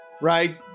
right